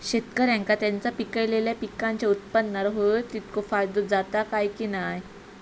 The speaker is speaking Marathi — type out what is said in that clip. शेतकऱ्यांका त्यांचा पिकयलेल्या पीकांच्या उत्पन्नार होयो तितको फायदो जाता काय की नाय?